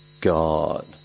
God